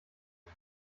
als